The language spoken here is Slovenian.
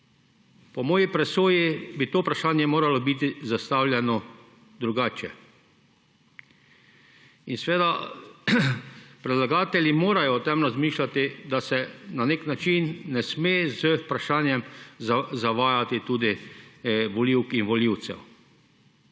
Po moji presoji bi to vprašanje moralo biti zastavljeno drugače. In seveda, predlagatelji morajo o tem razmišljati, da se na nek način ne sme z vprašanjem zavajati tudi volivk in volivcev.